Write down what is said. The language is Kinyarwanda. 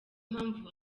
mpamvu